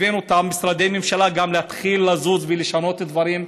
הבאנו גם את משרדי הממשלה להתחיל לזוז ולשנות דברים,